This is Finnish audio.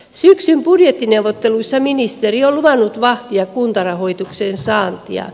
syksyn budjettineuvotteluissa ministeri on luvannut vahtia kuntarahoituksen saantia